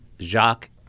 Jacques